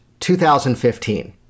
2015